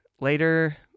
later